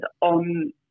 on